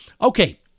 Okay